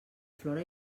flora